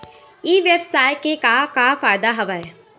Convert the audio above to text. ई व्यवसाय के का का फ़ायदा हवय?